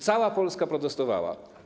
Cała Polska protestowała.